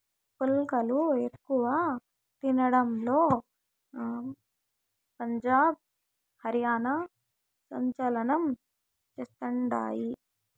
పుల్కాలు ఎక్కువ తినడంలో పంజాబ్, హర్యానా సంచలనం చేస్తండాయి